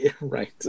right